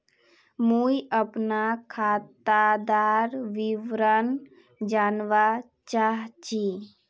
मुई अपना खातादार विवरण जानवा चाहची?